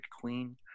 queen